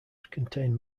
contain